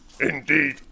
Indeed